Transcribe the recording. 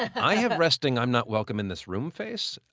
i have resting i'm not welcome in this room face.